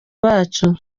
bacu